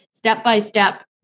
step-by-step